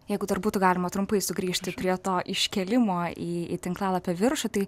jeigu dar būtų galima trumpai sugrįžti prie to iškėlimo į į tinklalapio viršų tai